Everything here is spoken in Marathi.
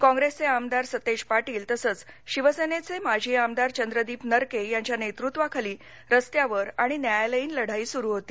कॉप्रेसचे आमदार सतेज पाटील तसंच शिवेसेनेचे माजी आमदार चंद्रदीप नरके यांच्या नेतृत्वाखाली रस्त्यावर आणि न्यायालयीन लढाई सुरु होती